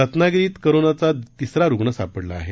रत्नागिरीत करोनाचा तिसरा रुग्ण सापडला आहे